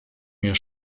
mir